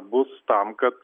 bus tam kad